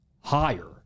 higher